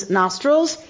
nostrils